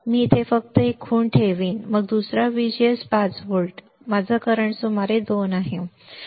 तर मी इथे फक्त एक खूण ठेवीन मग दुसरा एक VGS 5 व्होल्ट माझा करंट सुमारे 2 आहे